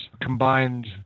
combined